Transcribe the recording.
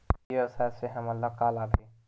ई व्यवसाय से हमन ला का लाभ हे?